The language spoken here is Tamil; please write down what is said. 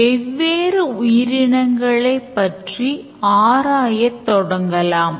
மற்றொரு மாற்று ஓட்டம் step 8 ல் ஏற்படலாம்